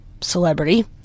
celebrity